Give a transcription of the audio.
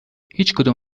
هیچکدوم